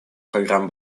программ